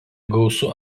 gausu